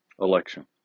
election